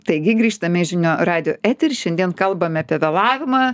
taigi grįžtame į žinių radijo eteryje šiandien kalbame apie vėlavimą